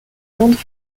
landes